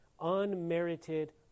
unmerited